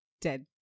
dead